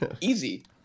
Easy